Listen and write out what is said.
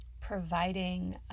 providing